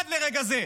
עד לרגע זה.